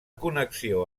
connexió